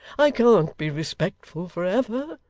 i can't be respectful for ever.